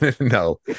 No